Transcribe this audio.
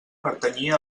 pertanyia